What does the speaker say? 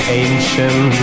ancient